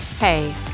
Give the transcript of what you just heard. Hey